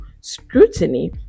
scrutiny